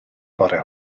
bore